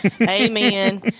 Amen